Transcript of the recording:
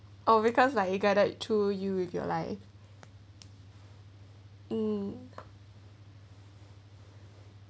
oh because like you got to to you with your life um